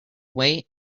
way